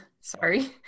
sorry